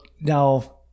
now